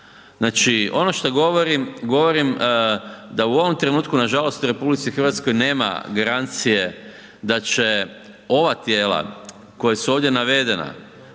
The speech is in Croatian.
Znači, ono što govorim, govorim da u ovom trenutku nažalost u RH nema garancije da će ova tijela koja su ovdje navedena